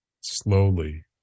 slowly